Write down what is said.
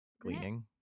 Gleaning